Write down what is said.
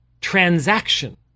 transaction